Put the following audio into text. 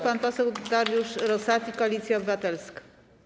Pan poseł Dariusz Rosati, Koalicja Obywatelska.